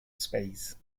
space